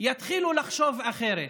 יתחילו לחשוב אחרת.